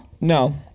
No